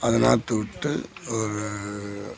அது நாற்று விட்டு ஒரு